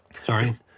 Sorry